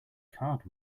card